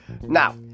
Now